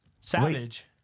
Savage